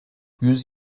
yüz